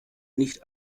nicht